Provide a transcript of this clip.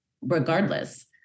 regardless